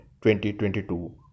2022